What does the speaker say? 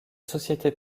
société